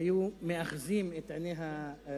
היו מאחזים את עיני הציבור,